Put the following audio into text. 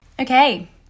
Okay